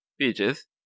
pages